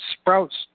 sprouts